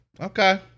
okay